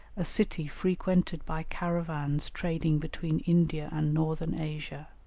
a city frequented by caravans trading between india and northern asia